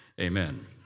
Amen